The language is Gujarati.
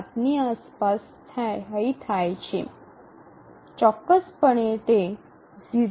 ૭ ની આસપાસ સ્થાયી થાય છે ચોક્કસપણે તે 0